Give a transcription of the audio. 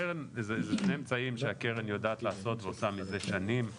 זה שני אמצעים שהקרן יודעת לעשות ועושה מזה שנים,